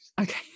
Okay